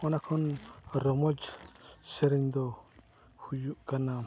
ᱚᱱᱟ ᱠᱷᱚᱱ ᱨᱚᱢᱚᱡᱽ ᱥᱮᱨᱮᱧ ᱫᱚ ᱦᱩᱭᱩᱜ ᱠᱟᱱᱟ